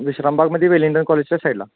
विश्रामबागमध्ये वेलिंगटन कॉलेजच्या साईडला